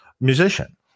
musician